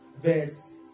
Verse